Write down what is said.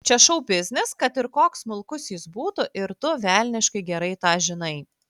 čia šou biznis kad ir koks smulkus jis būtų ir tu velniškai gerai tą žinai